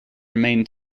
remain